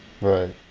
Right